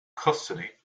custody